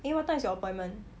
eh what time is your appointment